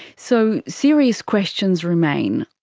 so, serious questions remain.